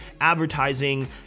advertising